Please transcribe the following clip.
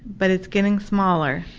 but it's getting smaller,